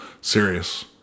serious